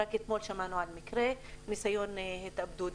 רק אתמול שמענו על מקרה של ניסיון התאבדות.